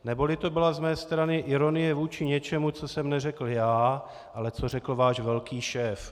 Neboli to byla z mé strany ironie vůči něčemu, co jsem neřekl já, ale co řekl váš velký šéf.